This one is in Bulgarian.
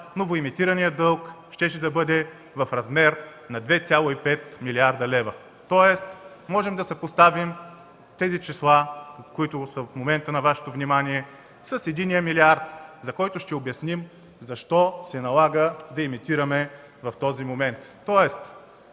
новоемитираният дълг щеше да бъде в размер на 2,5 млрд. лв. Тоест, можем да съпоставим тези числа, които в момента са на Вашето внимание – с единия милиард, за който ще обясним защо се налага да емитираме дълга в този момент